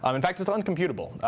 um in fact, it's uncomputable.